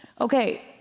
Okay